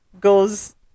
goes